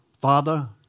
father